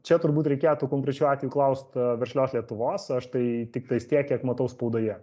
čia turbūt reikėtų konkrečių atvejų klaust verslios lietuvos aš tai tiktais tiek kiek matau spaudoje